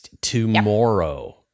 tomorrow